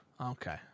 okay